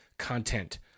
content